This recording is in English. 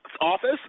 office